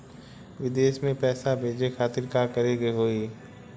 विदेश मे पैसा भेजे खातिर का करे के होयी?